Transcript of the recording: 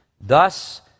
Thus